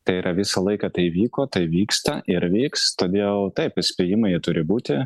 tai yra visą laiką tai vyko tai vyksta ir vyks todėl taip įspėjimai jie turi būti